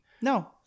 No